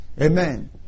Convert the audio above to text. Amen